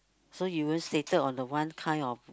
so you won't sated on the one kind of